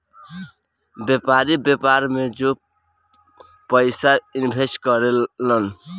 व्यापारी, व्यापार में जो पयिसा के इनवेस्ट करे लन